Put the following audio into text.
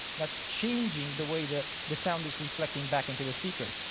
that's changing the way the the sound is reflecting back into the speakers.